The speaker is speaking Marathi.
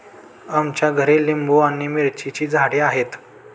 आमच्या घरी लिंबू आणि मिरचीची झाडे आहेत